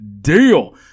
deal